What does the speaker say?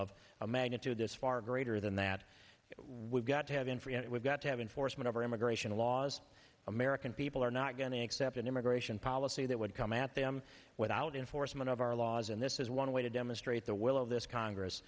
a magnitude this far greater than that we've got to have in free and we've got to have enforcement of our immigration laws american people are not going to accept an immigration policy that would come at them with out in force one of our laws and this is one way to demonstrate the will of this congress